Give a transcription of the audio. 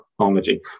technology